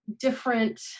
different